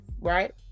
right